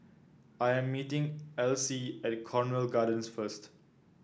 I am meeting Alcie at Cornwall Gardens first